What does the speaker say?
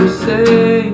say